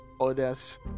others